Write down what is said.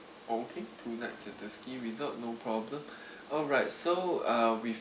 okay two nights at the ski resort no problem alright so uh if